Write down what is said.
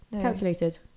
Calculated